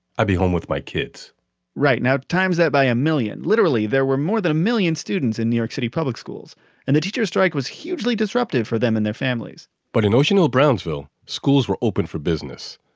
i'd be home with my kids right. now, times that by a million. literally, there were more than a million students in new york city public schools and the teachers strike was hugely disruptive for them and their families but in ocean hill-brownsville, schools were open for business.